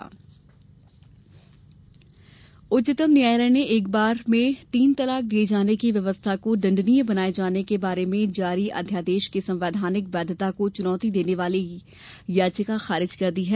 तीन तलाक उच्चतम न्यायालय ने एक बार में तीन तलाक दिए जाने की व्यवस्था को दंडनीय बनाए जाने के बारे में जारी अध्यादेश की संवैधानिक वैधता को चुनौती देने वाली याचिका खारिज कर दी है